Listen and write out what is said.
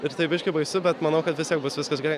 ir tai biški baisu bet manau kad vis tiek bus viskas gerai